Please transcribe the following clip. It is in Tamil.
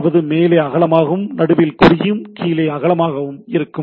அதாவது மேலே அகலமாகவும் நடுவில் குறுகியும் மற்றும் கீழே அகலமாகவும் இருக்கும்